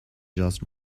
just